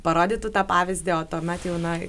parodytų tą pavyzdį o tuomet jau na